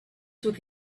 took